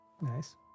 Nice